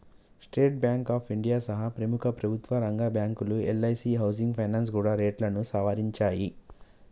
state Bank of India సహా ప్రముఖ ప్రభుత్వరంగ బ్యాంకులు, ఎల్ఐసీ హౌసింగ్ ఫైనాన్స్ కూడా రేట్లను సవరించాయి